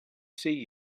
see